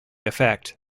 effect